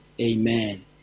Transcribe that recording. Amen